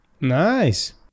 Nice